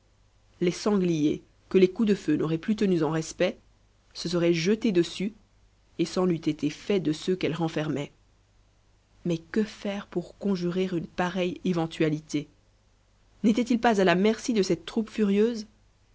les sangliers que les coups de feu n'auraient plus tenus en respect se seraient jetés dessus et c'en eût été fait de ceux qu'elle renfermait mais que faire pour conjurer une pareille éventualité n'étaient-ils pas à la merci de cette troupe furieuse